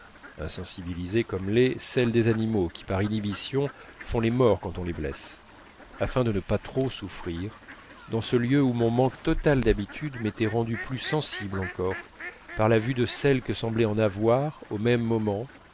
insensibilisée comme l'est celle des animaux qui par inhibition font les morts quand on les blesse afin de ne pas trop souffrir dans ce lieu où mon manque total d'habitude m'était rendu plus sensible encore par la vue de celle que semblaient en avoir au même moment